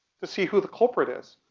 to see who the culprit is.